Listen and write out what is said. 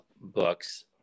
books